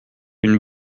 une